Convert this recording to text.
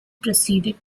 proceeded